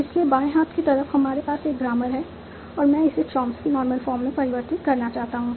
इसलिए बाएं हाथ की तरफ हमारे पास एक ग्रामर है और मैं उसे चॉम्स्की नॉर्मल फॉर्म में परिवर्तित करना चाहता हूं